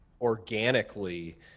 organically